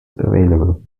available